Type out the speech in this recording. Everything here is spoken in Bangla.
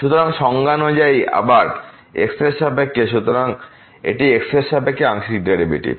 সুতরাং সংজ্ঞা অনুযায়ী আবার x এর সাপেক্ষে সুতরাং এটি x এর সাপেক্ষে আংশিক ডেরিভেটিভ